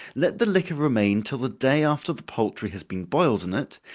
let the liquor remain till the day after the poultry has been boiled in it,